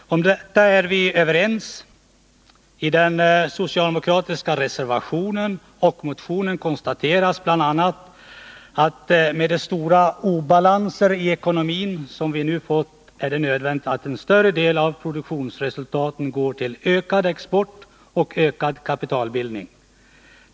Om detta är vi överens. I den socialdemokratiska reservationen och motionen konstateras bl.a.: ”Med de stora obalanser i ekonomin som vi nu fått är det nödvändigt att en större del av produktionsresultaten går till ökad export och ökad kapitalbildning.